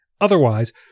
Otherwise